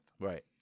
Right